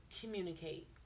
Communicate